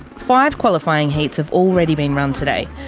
five qualifying heats have already been run today.